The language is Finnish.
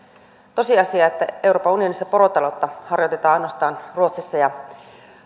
tosiasia että euroopan unionissa porotaloutta harjoitetaan ainoastaan ruotsissa ja